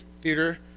theater